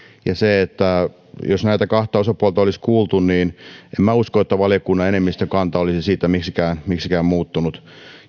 ja jos näitä kahta osapuolta olisi kuultu niin en minä usko että valiokunnan enemmistön kanta olisi siitä miksikään miksikään muuttunut